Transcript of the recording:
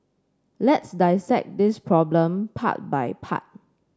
let's dissect this problem part by part